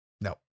No